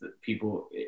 people